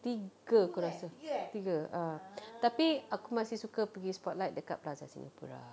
tiga aku rasa tiga ah tapi aku masih suka pergi spotlight dekat plaza singapura